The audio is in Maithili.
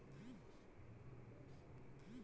बीतल नस्लक बकरी के पशु पालन कृषक करैत अछि